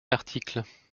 articles